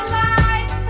light